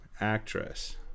actress